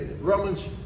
Romans